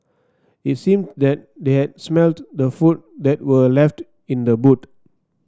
it seemed that they had smelt the food that were left in the boot